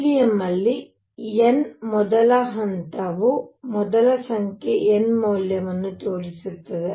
helium ಅಲ್ಲಿ n ಮೊದಲ ಹಂತವು ಮೊದಲ ಸಂಖ್ಯೆ n ಮೌಲ್ಯವನ್ನು ತೋರಿಸುತ್ತದೆ